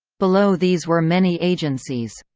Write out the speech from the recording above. below these were many agencies.